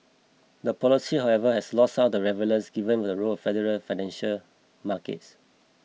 the policy however has lost some of its relevance given the role of the Federal financial markets